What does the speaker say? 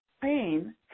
pain